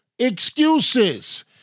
excuses